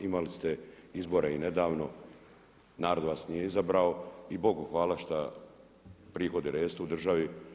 Imali ste izbore i nedavno, narod vas nije izabrao i Bogu hvala što prihodi rastu u državi.